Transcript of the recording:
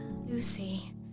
Lucy